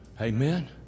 Amen